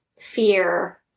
fear